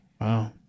Wow